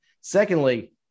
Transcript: secondly